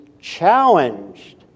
challenged